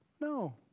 No